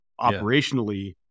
operationally